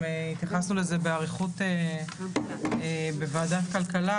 גם התייחסנו לזה באריכות בוועדת כלכלה,